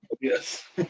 Yes